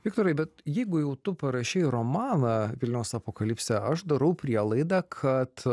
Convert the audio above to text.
viktorai bet jeigu jau tu parašei romaną vilniaus apokalipsė aš darau prielaidą kad